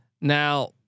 Now